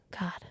God